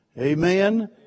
Amen